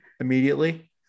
immediately